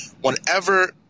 Whenever